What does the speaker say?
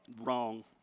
Wrong